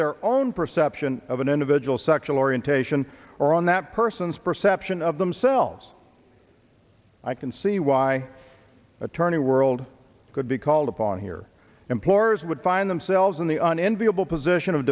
their own perception of an individual's sexual orientation or on that person's perception of themselves i can see why attorney world could be called upon here employers would find themselves in the an enviable position of